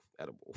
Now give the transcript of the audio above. edible